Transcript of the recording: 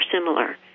similar